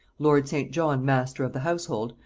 lord st. john master of the household,